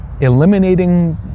eliminating